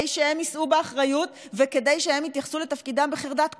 שהם יישאו באחריות וכדי שהם יתייחסו לתפקידם בחרדת קודש.